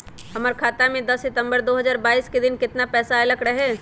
हमरा खाता में दस सितंबर दो हजार बाईस के दिन केतना पैसा अयलक रहे?